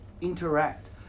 interact